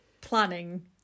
Planning